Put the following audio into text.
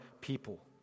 people